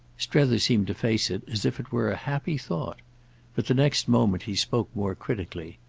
strether seemed to face it as if it were a happy thought but the next moment he spoke more critically.